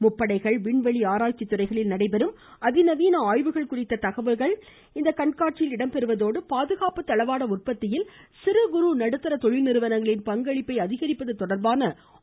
முப்படைகள் விண்வெளி ஆராய்ச்சி துறைகளில் நடைபெறும் அதிநவீன ஆய்வுகள் குறித்த தகவல்கள் கண்காட்சியில் இடம்பெறுவதோடு பாதுகாப்பு தளவாட உற்பத்தியில் சிறு குறு நடுத்தர தொழில்நிறுவனங்களின் பங்களிப்பு அதிகரிப்பது தொடர்பான ஆலோசனைகளும் நடைபெறும்